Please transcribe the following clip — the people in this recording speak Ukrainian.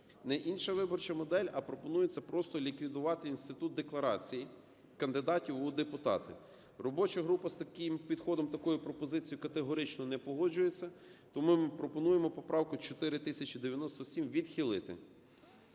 не інша виборча модель, а пропонується просто ліквідувати інститут декларацій кандидатів у депутати. Робоча група з таким підходом, з такою пропозицією категорично не погоджується, тому ми пропонуємо поправку 4097 відхилити.